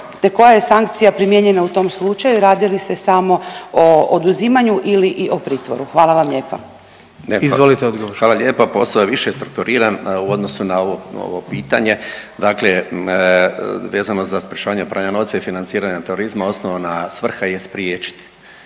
koja je sankcija primijenjena u tom slučaju, radi li se samo o oduzimanju ili i o pritvoru? Hvala vam lijepa. **Jandroković, Gordan (HDZ)** Izvolite odgovor. **Zrinušić, Zdravko** Hvala lijepa. Posao je više strukturiran u odnosu na ovo, ovo pitanje, dakle vezano za sprječavanje pranja novca i financiranje terorizma osnovna svrha je spriječiti,